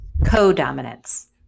Codominance